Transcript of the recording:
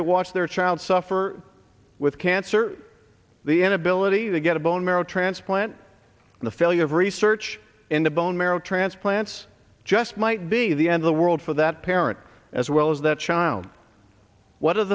to watch their child suffer with cancer the an ability to get a bone marrow transplant and the failure of research into bone marrow transplants just might be the end of the world for that parent as well as that child what are